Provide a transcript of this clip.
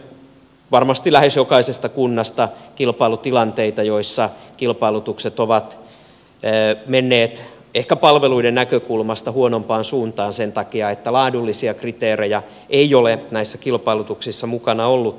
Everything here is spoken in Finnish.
muistamme varmasti lähes jokaisesta kunnasta kilpailutilanteita joissa kilpailutukset ovat menneet ehkä palveluiden näkökulmasta huonompaan suuntaan sen takia että laadullisia kriteerejä ei ole näissä kilpailutuksissa mukana ollut